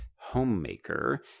homemaker